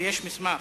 ויש מסמך,